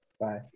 Bye